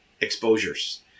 exposures